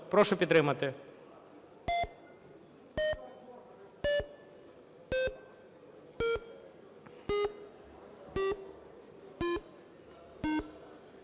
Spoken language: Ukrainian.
Прошу підтримати.